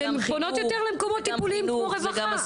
אז הן פונות יותר למקומות טיפוליים כמו רווחה.